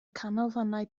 canolfannau